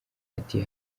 ati